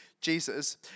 Jesus